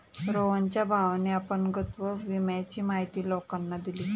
रोहनच्या भावाने अपंगत्व विम्याची माहिती लोकांना दिली